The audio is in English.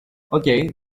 okay